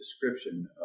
description